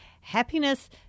happiness